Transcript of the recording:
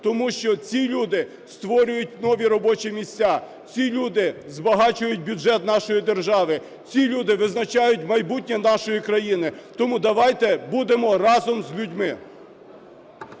Тому що ці люди створюють нові робочі місця. Ці люди збагачують бюджет нашої держави. Ці люди визначають майбутнє нашої країни. Тому давайте будемо разом з людьми.